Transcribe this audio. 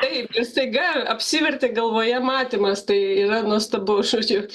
taip staiga apsivertė galvoje matymas tai yra nuostabu žodžiu